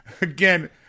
again